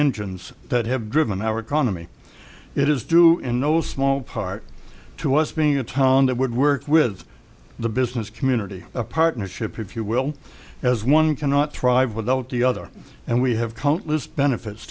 engines that have driven our economy it is due in no small part to us being a town that would work with the business community a partnership if you will as one cannot thrive without the other and we have countless benefits